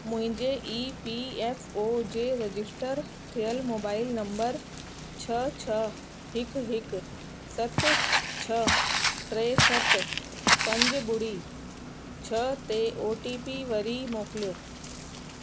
मुंहिंजे E P F O जे register थियलु मोबाइल नंबर छह छह हिकु हिकु सत छह टे सत पंज ॿुड़ी छह ते ओ टी पी वरी मोकिलियो